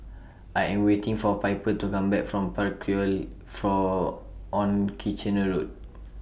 I Am waiting For Piper to Come Back from Parkroyal For on Kitchener Road